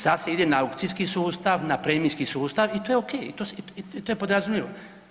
Sada se ide na aukcijski sustav, na premijski sustav i to je ok, to je podrazumljivo.